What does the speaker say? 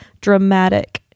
dramatic